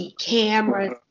cameras